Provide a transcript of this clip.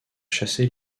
chasser